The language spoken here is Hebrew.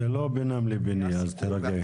זה לא בינם לביני אז תירגעי.